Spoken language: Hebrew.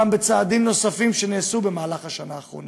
אלא גם בצעדים נוספים שנעשו בשנה האחרונה,